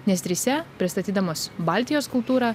nes trise pristatydamos baltijos kultūrą